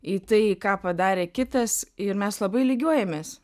į tai ką padarė kitas ir mes labai lygiuojamės